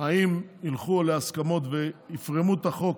אם ילכו להסכמות ויפרמו את החוק